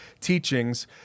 teachings